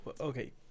Okay